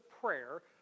prayer